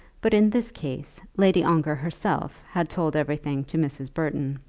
but in this case, lady ongar herself had told everything to mrs. burton.